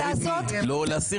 להסיר את מי?